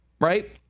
right